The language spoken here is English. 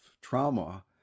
trauma